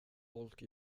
folk